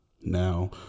Now